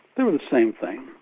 they were the same thing.